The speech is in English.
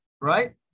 right